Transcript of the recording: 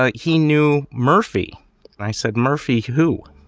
ah he knew murphy. and i said, murphy who?